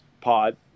pod